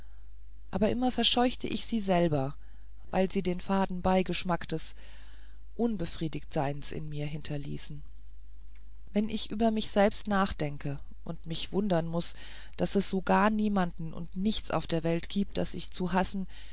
aber immer verscheuchte ich sie selber weil sie den faden beigeschmack des unbefriedigtseins in mir hinterließen wenn ich über mich selbst nachdenke und mich wundern muß daß es so gar niemanden und nichts auf der welt gibt was ich zu hassen